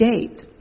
date